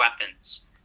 weapons